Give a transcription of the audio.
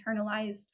internalized